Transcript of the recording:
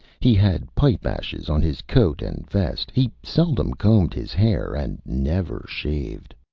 he had pipe-ashes on his coat and vest. he seldom combed his hair, and never shaved.